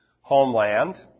homeland